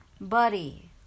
Buddy